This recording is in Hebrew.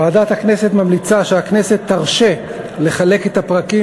ועדת הכנסת ממליצה שהכנסת תרשה לחלק את הפרקים